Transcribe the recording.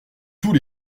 tous